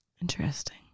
Interesting